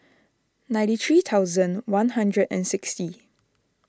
ninety three thousand one hundred and sixty